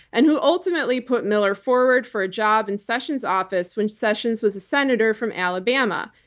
and who ultimately put miller forward for a job in sessions' office when sessions was a senator from alabama.